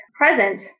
present